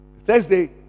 Thursday